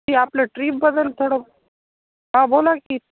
की आपलं ट्रीपबद्दल थोडं हा बोला की